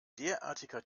derartiger